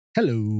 Hello